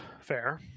fair